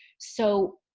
so,